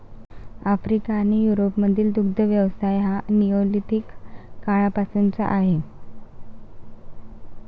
Africa आणि युरोपमधील दुग्ध व्यवसाय हा निओलिथिक काळापासूनचा आहे